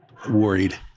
worried